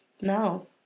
no